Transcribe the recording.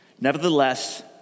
Nevertheless